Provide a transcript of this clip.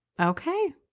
okay